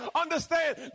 Understand